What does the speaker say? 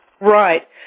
Right